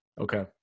okay